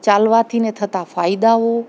ચાલવાથીને થતાં ફાયદાઓ